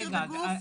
רגע,